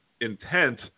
intent